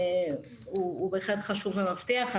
הוא באמת חשוב ומבטיח.